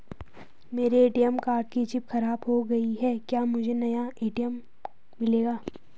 मेरे ATM card की chip खराब हो गयी है क्या मुझे नया ए.टी.एम मिलेगा?